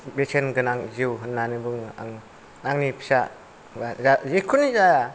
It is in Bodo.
बेसेन गोनां जिउ होननानै बुङो आं आंनि फिसा जा जिखुनु जा